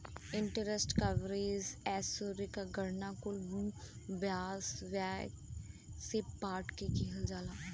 interest coverage ratio क गणना कुल ब्याज व्यय से बांट के किहल जाला